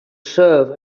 serve